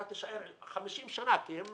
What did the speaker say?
אתה תישאר 50 שנים כי הם